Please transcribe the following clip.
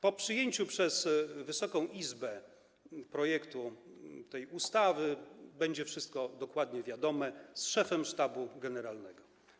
Po przyjęciu przez Wysoką Izbę projektu tej ustawy wszystko będzie dokładnie wiadomo: z szefem Sztabu Generalnego.